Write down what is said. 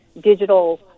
digital